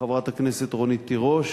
לחברת הכנסת רונית תירוש,